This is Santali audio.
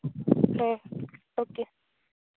ᱦᱮᱸ ᱳᱠᱮ